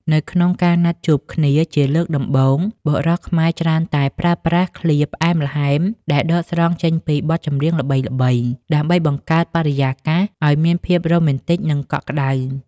នៅក្នុងការណាត់ជួបគ្នាជាលើកដំបូង បុរសខ្មែរច្រើនតែប្រើប្រាស់ឃ្លាផ្អែមល្ហែមដែលដកស្រង់ចេញពីបទចម្រៀងល្បីៗ ដើម្បីបង្កើតបរិយាកាសឱ្យមានភាពរ៉ូមែនទិក និងកក់ក្តៅ។